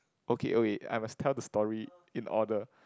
okay okay I must tell the story in order